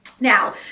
Now